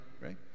right